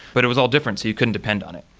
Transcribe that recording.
but it was all different so you couldn't depend on it.